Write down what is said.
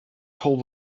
told